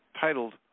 titled